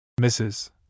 Mrs